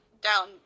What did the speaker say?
down